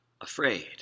afraid